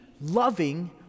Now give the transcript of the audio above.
loving